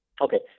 Okay